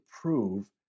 prove